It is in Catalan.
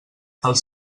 els